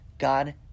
God